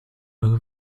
eure